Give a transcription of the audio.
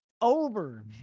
over